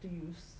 to use